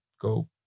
go